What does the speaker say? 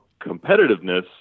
competitiveness